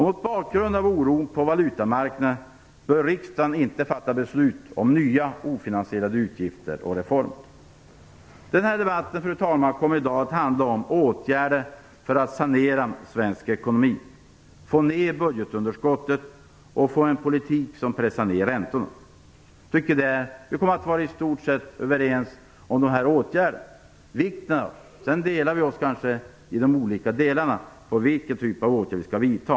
Mot bakgrund av oron på valutamarknaden bör riksdagen inte fatta beslut om nya ofinansierade utgifter och reformer. Fru talman! Debatten i dag kommer att handla om åtgärder för att sanera svensk ekonomi, få ner budgetunderskottet och få en politik som pressar ner räntorna. Vi kommer att i stort sett vara överens om vikten av detta. Sedan skiljer vi kanske oss när det gäller vilken typ av åtgärder vi skall vidta.